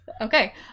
okay